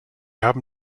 haben